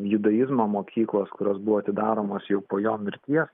judaizmo mokyklos kurios buvo atidaromos jau po jo mirties